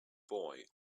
boy